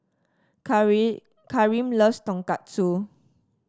Karim loves Tonkatsu